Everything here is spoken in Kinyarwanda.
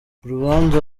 urubanza